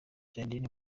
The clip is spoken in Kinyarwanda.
gerardine